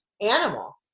animal